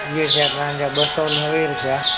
हीए थिया तव्हांजा ॿ सौ नवे रूपिया